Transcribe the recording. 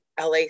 LA